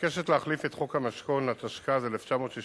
מבקשת להחליף את חוק המשכון, התשכ"ז 1967,